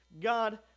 God